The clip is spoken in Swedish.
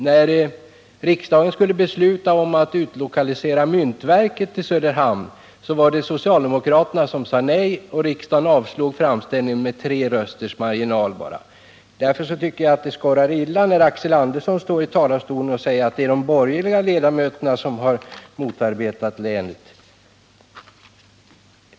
När riksdagen skulle besluta om att utlokalisera myntverket till Söderhamn var det socialdemokraterna som sade nej, och riksdagen avslog framställningen med endast tre rösters marginal. Därför tycker jag det skorrar illa när Axel Andersson står i talarstolen och säger att det är de borgerliga ledamöterna som motarbetat länet.